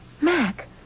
Mac